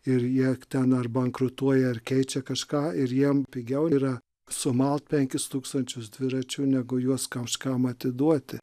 ir jie k ten ar bankrutuoja ar keičia kažką ir jiem pigiau yra sumalt penkis tūkstančius dviračių negu juos kažkam atiduoti